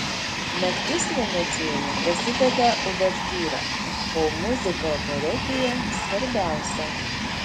naktis venecijoje prasideda uvertiūra o muzika operetėje svarbiausia